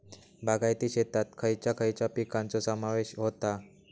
बागायती शेतात खयच्या खयच्या पिकांचो समावेश होता?